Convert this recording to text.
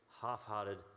half-hearted